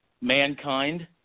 mankind